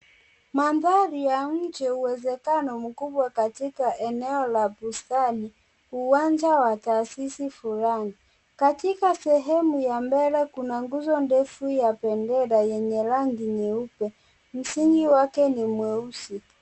Mandhari ya nje uwezekano mkubwa katika eneo la bustani. Uwanja wa taasisi fulani. Katika sehemu ya mbele kuna nguzo ndefu ya bendera yenye rangi nyeupe. Msingi wake ni mweusi.